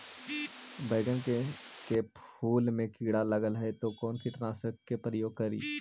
बैगन के फुल मे कीड़ा लगल है तो कौन कीटनाशक के प्रयोग करि?